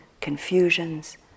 confusions